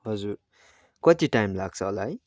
हजुर कति टाइम लाग्छ होला है